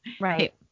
right